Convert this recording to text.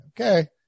Okay